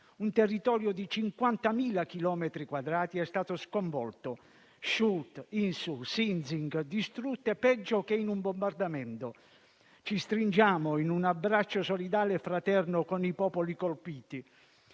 Un territorio di 50.000 chilometri quadrati è stato sconvolto: Schuld, Insul e Sinzig distrutte peggio che in un bombardamento. Ci stringiamo in un abbraccio solidale e fraterno con i popoli colpiti,